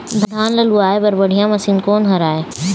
धान ला लुआय बर बढ़िया मशीन कोन हर आइ?